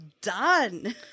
done